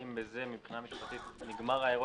האם מבחינה משפטית בזה נגמר האירוע.